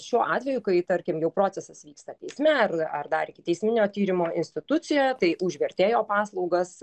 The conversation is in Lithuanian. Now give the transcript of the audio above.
šiuo atveju kai tarkim jau procesas vyksta teisme ar ar dar ikiteisminio tyrimo institucijoje tai už vertėjo paslaugas